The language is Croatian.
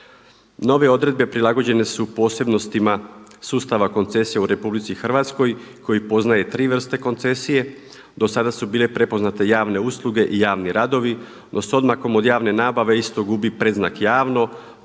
Nove odredbe prilagođene su posebnostima sustava koncesije u RH koji poznaje tri vrste koncesije. Do sada su bile prepoznate javne usluge i javni radovi, no s odmakom od javne nabave isto gubi predznak javno,